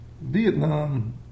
Vietnam